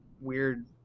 weird